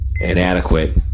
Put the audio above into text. inadequate